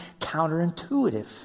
counterintuitive